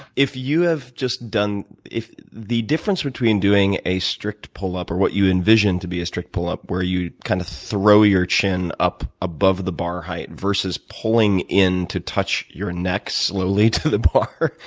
if you have just done if the difference between doing a strict pull-up, or what you envision to be a strict pull-up, where you kind of throw your chin up above the bar height, versus pulling in to touch your neck slowly to the bar,